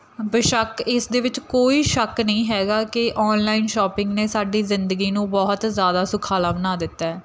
ਬੇਸ਼ੱਕ ਇਸ ਦੇ ਵਿੱਚ ਕੋਈ ਸ਼ੱਕ ਨਹੀਂ ਹੈਗਾ ਕਿ ਔਨਲਾਈਨ ਸ਼ੋਪਿੰਗ ਨੇ ਸਾਡੀ ਜ਼ਿੰਦਗੀ ਨੂੰ ਬਹੁਤ ਜ਼ਿਆਦਾ ਸੁਖਾਲਾ ਬਣਾ ਦਿੱਤਾ